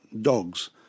dogs